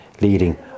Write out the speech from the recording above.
leading